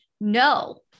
No